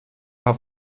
paar